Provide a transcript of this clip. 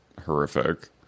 horrific